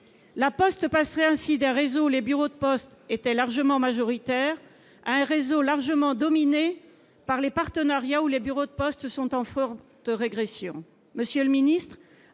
La Poste passerait ainsi d'un réseau où les bureaux de poste étaient largement majoritaires à un réseau tout à fait dominé par les partenariats, où leur nombre serait en forte régression.